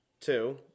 Two